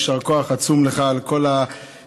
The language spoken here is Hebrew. יישר כוח עצום לך על כל הזירוז,